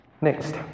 Next